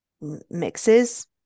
mixes